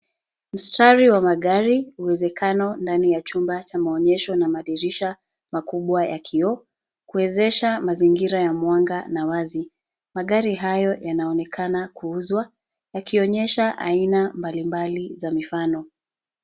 Mstari wa magari, uwezekano ndani ya chumba cha maonyesho na madirisha makubwa ya kioo kuwezesha mazingira ya mwanga na wazi. Magari hayo yanaonekana kuuzwa, yakionyesha aina mbalimbali za mifano.